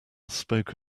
spoke